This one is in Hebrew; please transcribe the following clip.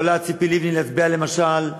יכולה ציפי לבני להצביע, למשל,